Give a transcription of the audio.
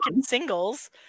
singles